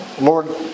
Lord